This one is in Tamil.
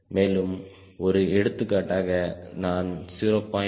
மேலும் ஒரு எடுத்துக்காட்டாக நான் 0